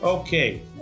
Okay